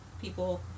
people